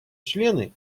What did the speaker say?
члены